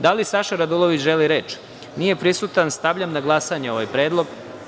Da li Saša Radulović želi reč? (Nije prisutan.) Stavljam na glasanje ovaj Predlog.